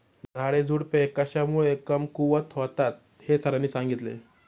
झाडेझुडपे कशामुळे कमकुवत होतात हे सरांनी सांगितले